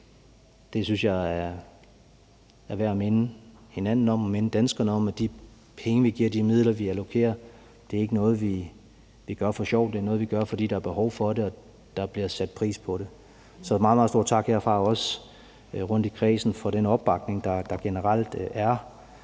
Det synes jeg er værd at minde hinanden og danskerne om. De penge, vi giver, de midler, vi allokerer, er ikke noget, vi gør for sjov; det er noget, vi gør, fordi der er behov for det og der bliver sat pris på det. Så en meget, meget stor tak herfra også rundt i kredsen for den opbakning, der generelt er.